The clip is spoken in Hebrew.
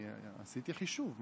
אני עשיתי חישוב.